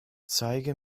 zeige